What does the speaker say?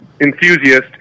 enthusiast